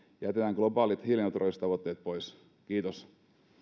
jätetään globaalit hiilineutraaliustavoitteet pois kiitos